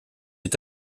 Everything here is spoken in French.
est